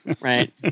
right